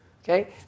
Okay